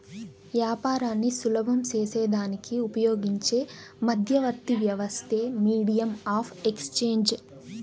యాపారాన్ని సులభం సేసేదానికి ఉపయోగించే మధ్యవర్తి వ్యవస్థే మీడియం ఆఫ్ ఎక్స్చేంజ్